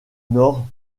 nord